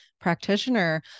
practitioner